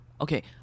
Okay